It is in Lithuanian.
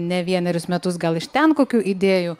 ne vienerius metus gal iš ten kokių idėjų